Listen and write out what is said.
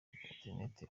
interineti